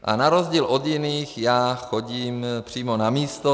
A na rozdíl od jiných já chodím přímo na místo.